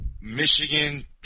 Michigan